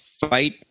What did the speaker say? fight